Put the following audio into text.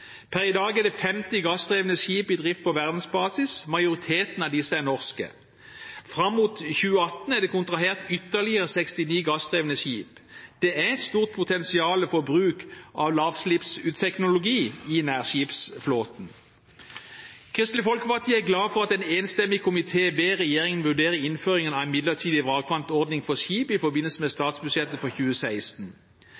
Per i dag er det 50 gassdrevne skip i drift på verdensbasis, og majoriteten av disse er norske. Fram mot 2018 er det kontrahert ytterligere 69 gassdrevne skip. Det er et stort potensial for bruk av lavutslippsteknologi i nærskipsflåten. Kristelig Folkeparti er glad for at en enstemmig komité ber regjeringen vurdere innføringen av en midlertidig vrakpantordning for skip i forbindelse med statsbudsjettet for 2016.